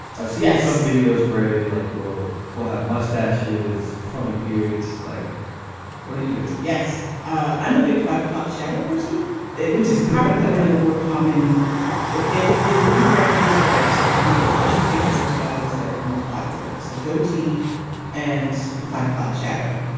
i've seen some videos where they like well we'll have mustaches funny beards. like what do you do yes i'm a big five zero shadow person which is probably one of the more common if if if he knew drag king starts. i think there are two facial hair styles that are the most popular it's the goatee and the five o'clock shadow.